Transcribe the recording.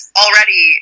already